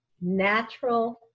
natural